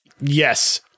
Yes